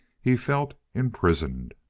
he felt imprisoned.